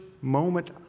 moment